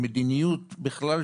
המדיניות בכלל,